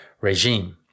regime